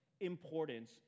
importance